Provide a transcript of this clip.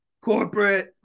Corporate